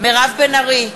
מירב בן ארי,